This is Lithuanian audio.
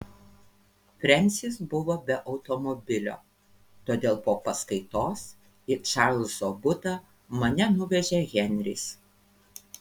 frensis buvo be automobilio todėl po paskaitos į čarlzo butą mane nuvežė henris